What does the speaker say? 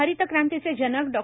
हरित क्रांतीचे जनक डॉ